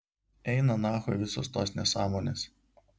eina nachui visos tos nesąmonės